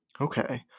Okay